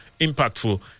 impactful